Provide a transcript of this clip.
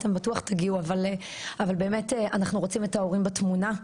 אתם בטוח תגיעו אבל באמת אנחנו רוצים את ההורים בתמונה.